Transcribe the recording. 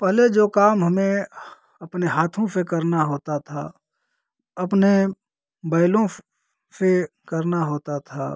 पहले जो काम हमें अपने हाथों से करना होता था अपने बैलों से करना होता था